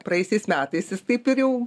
praėjusiais metais jis taip ir jau